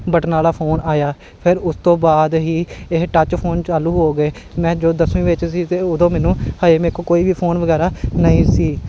ਬਟਨਾ ਆਲਾ ਫੋਨ ਆਇਆ ਫਿਰ ਉਸ ਤੋਂ ਬਾਅਦ ਹੀ ਇਹ ਟੱਚ ਫੋਨ ਚਾਲੂ ਹੋ ਗਏ ਮੈਂ ਜਦੋਂ ਦਸਵੀਂ ਵਿੱਚ ਸੀ ਤਾਂ ਉਦੋਂ ਮੈਨੂੰ ਹਜੇ ਮੇਰੇ ਕੋਲ ਕੋਈ ਵੀ ਫੋਨ ਵਗੈਰਾ ਨਹੀਂ ਸੀ